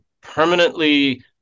permanently